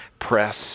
press